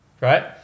right